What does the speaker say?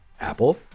Apple